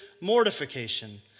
mortification